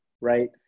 right